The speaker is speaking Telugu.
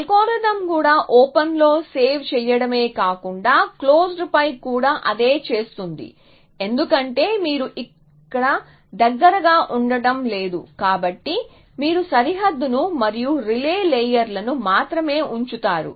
అల్గోరిథం కూడా ఓపెన్లో సేవ్ చేయడమే కాకుండా క్లోజ్డ్పై కూడా ఆదా చేస్తుంది ఎందుకంటే మీరు ఇక దగ్గరగా ఉండడం లేదు కాబట్టి మీరు సరిహద్దును మరియు రిలే లేయర్లను మాత్రమే ఉంచుతారు